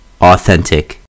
Authentic